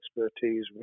expertise